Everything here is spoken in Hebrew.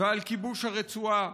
ועל כיבוש הרצועה.